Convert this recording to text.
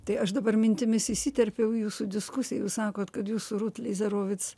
tai aš dabar mintimis įsiterpiau į jūsų diskusiją jūs sakot kad jūs su rūt leizerovic